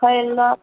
कएलक